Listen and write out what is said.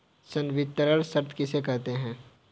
संवितरण शर्त किसे कहते हैं?